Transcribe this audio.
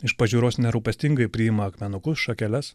iš pažiūros nerūpestingai priima akmenukus šakeles